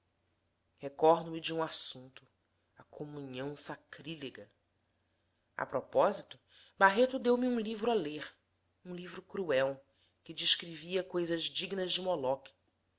cicerone recordo-me de um assunto a comunhão sacrílega a propósito barreto me deu um livro a ler um livro cruel que descrevia coisas dignas de